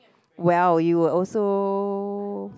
well you were also